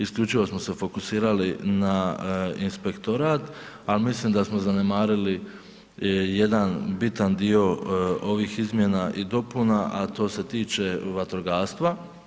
Isključivo smo se fokusirali na inspektorat, ali mislim da smo zanemarili, jedan bitan dio ovih izmjena i dopuna a to s tiče vatrogastva.